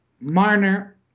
Marner